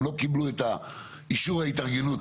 הם לא קיבלו את אישור ההתארגנות,